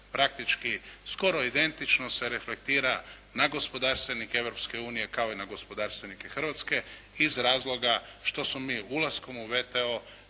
praktički skoro identično se reflektira na gospodarstvenike Europske unije kao i na gospodarstvenike Hrvatske iz razloga što smo mi ulaskom u WTO